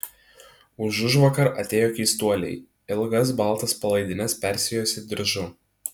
užužvakar atėjo keistuoliai ilgas baltas palaidines persijuosę diržu